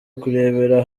kurebera